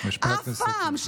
אף פעם,